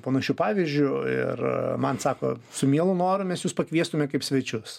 panašiu pavyzdžiu ir man sako su mielu noru mes jus pakviestume kaip svečius